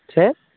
ᱪᱮᱫ